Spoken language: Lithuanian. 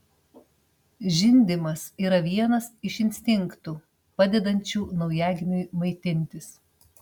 žindymas yra vienas iš instinktų padedančių naujagimiui maitintis